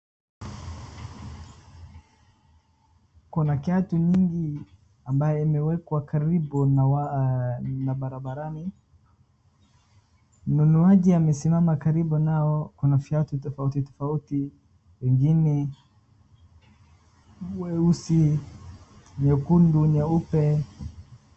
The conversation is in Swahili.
Kuna viatu vingi ambavyo vimeekwa karibu na barabarani. Mnunuaji amesimama karibu nao na viatu tofauti tofauti ingine nyeusi, nyekundu na nyeupe.